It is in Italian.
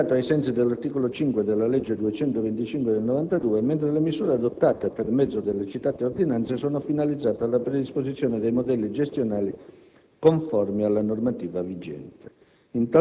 e dichiarato ai sensi dell'articolo 5 della legge n. 225 del 1992, mentre le misure adottate per mezzo delle citate ordinanze sono finalizzate alla predisposizione dei modelli gestionali conformi alla normativa vigente.